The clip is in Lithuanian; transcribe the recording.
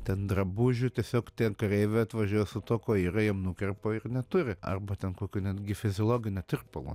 ten drabužių tiesiog tie kareiviai atvažiuoja su tuo kuo yra jiem nukerpa ir neturi arba ten kokio netgi fiziologinio tirpalo